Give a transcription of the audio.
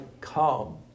come